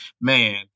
Man